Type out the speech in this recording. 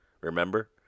remember